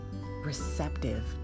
receptive